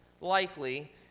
likely